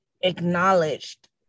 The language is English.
acknowledged